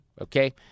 okay